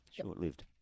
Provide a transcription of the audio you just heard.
short-lived